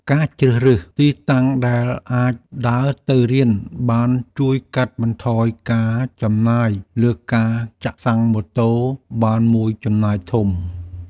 ការជ្រើសរើសទីតាំងដែលអាចដើរទៅរៀនបានជួយកាត់បន្ថយការចំណាយលើការចាក់សាំងម៉ូតូបានមួយចំណែកធំ។